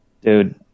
dude